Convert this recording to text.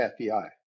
FBI